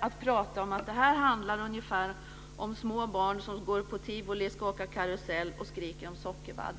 Han pratade om att det här ungefär handlar om små barn som går på tivoli och ska åka karusell och skriker om sockervadd.